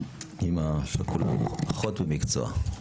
אימא שכולה, אחות במקצועה.